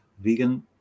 vegan